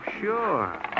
Sure